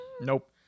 Nope